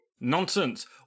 Nonsense